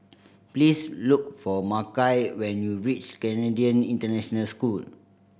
please look for Makai when you reach Canadian International School